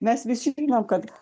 mes visi žinom kad